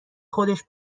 خودش